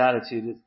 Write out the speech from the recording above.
attitude